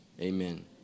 Amen